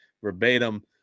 verbatim